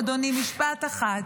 אדוני, משפט אחד.